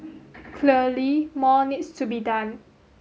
clearly more needs to be done